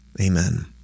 Amen